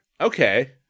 Okay